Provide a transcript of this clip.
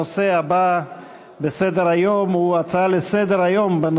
הנושא הבא בסדר-היום הוא: שנתו